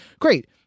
great